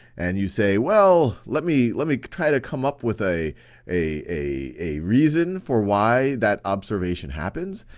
and you say, well, let me let me try to come up with a a reason for why that observation happens,